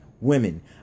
women